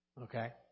Okay